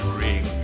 ring